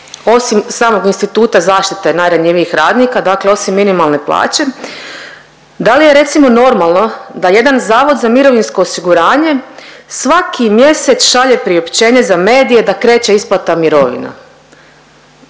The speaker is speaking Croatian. osim samog instituta zaštite najranjivijih radnika, dakle osim minimalne plaće da li je recimo normalno da jedan Zavod za mirovinsko osiguranje svaki mjesec šalje priopćenje za medije da kreće isplata mirovina.